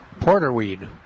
porterweed